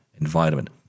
environment